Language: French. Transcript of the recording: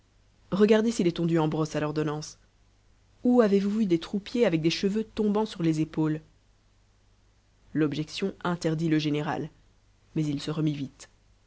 regardez s'il est tondu en brosse à l'ordonnance où avez-vous vu des troupiers avec des cheveux tombant sur les épaules l'objection interdit le général mais il se remit vite